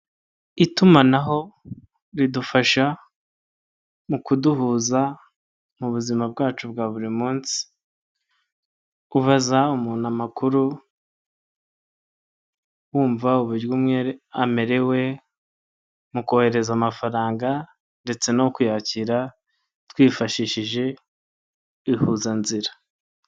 Itumanaho ridufasha mu kuduhuza mu buzima bwacu bwa buri munsi kubaza umuntu amakuru, wumva uburyo umerewe, mu kohereza amafaranga ndetse no kuyakira twifashishije ihuzanzira.